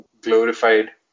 glorified